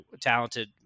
talented